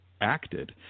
acted